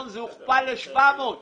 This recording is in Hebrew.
הוכפל ל-700 מיליון שקלים?